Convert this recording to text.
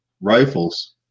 rifles